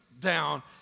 down